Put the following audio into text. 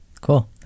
cool